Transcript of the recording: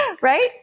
right